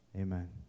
Amen